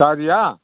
गारिया